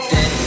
Dead